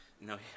No